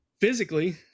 Physically